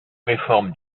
réforme